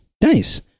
Nice